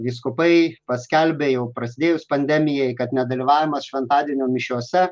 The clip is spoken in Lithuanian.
vyskupai paskelbė jau prasidėjus pandemijai kad nedalyvavimas šventadienio mišiose